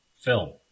film